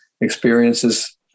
experiences